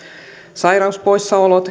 sairauspoissaolot